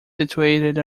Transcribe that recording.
situated